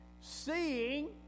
Seeing